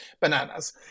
bananas